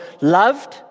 loved